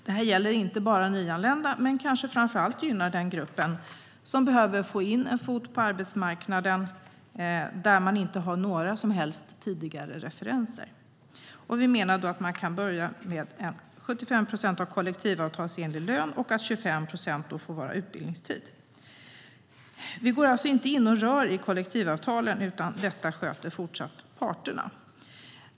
Det gäller inte bara nyanlända men kanske gynnar framför allt den gruppen. De behöver få in en fot på arbetsmarknaden utan några som helst tidigare referenser. Vi menar att man kan börja med 75 procent av kollektivavtalsenlig lön, och 25 procent får vara utbildningstid. Vi går alltså inte in och rör kollektivavtalen, utan detta sköter fortsatt parterna.